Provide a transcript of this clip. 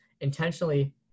intentionally